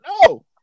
No